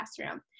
classroom